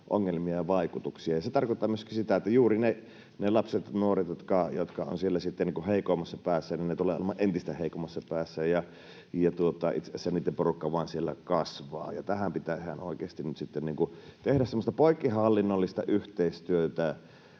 ongelmia ja vaikutuksia. Se tarkoittaa myöskin sitä, että juuri ne lapset ja nuoret, jotka ovat siellä heikoimmassa päässä, tulevat olemaan entistä heikommassa päässä ja itse asiassa niitten porukka vain kasvaa. Tähän pitää ihan oikeasti nyt tehdä